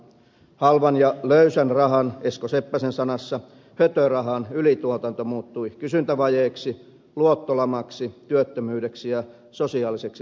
halvan ja löysän rahan esko seppäsen sanassa hötörahan ylituotanto muuttui kysyntävajeeksi luottolamaksi työttömyydeksi ja sosiaaliseksi turvattomuudeksi